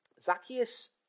Zacchaeus